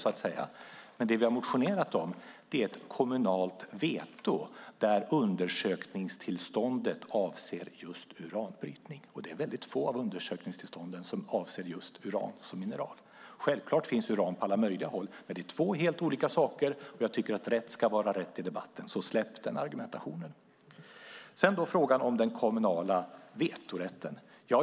Det vi har motionerat om är ett kommunalt veto där undersökningstillståndet avser just uranbrytning. Det är väldigt få av undersökningstillstånden som avser just uran som mineral. Självklart finns uran på alla möjliga håll, men det är två helt olika saker. Jag tycker att rätt ska vara rätt i debatten, så släpp den argumentationen! Sedan har vi frågan om den kommunala vetorätten.